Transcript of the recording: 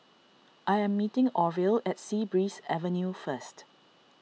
I am meeting Orvil at Sea Breeze Avenue first